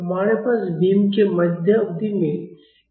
हमारे पास बीम के मध्य अवधि में एक बल F है